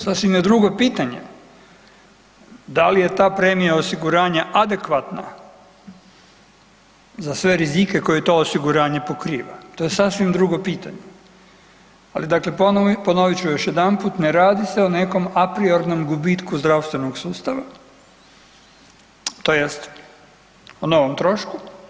Sasvim je drugo pitanje, da li je ta premija osiguranja adekvatna za sve rizike koji to osiguranje pokriva, to je sasvim drugo pitanje, ali dakle, ponovit ću još jedanput, ne radi se o nekom a priornom gubitku zdravstvenog sustava, tj. o novom trošku.